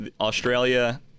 Australia